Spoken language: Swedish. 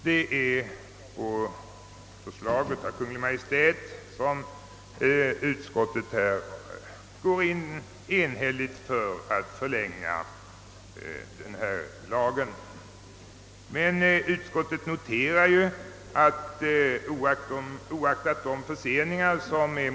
När utskottet enhälligt har tillstyrkt en förlängning av lagen, har utskottet gjort det på förslag av Kungl. Maj:t.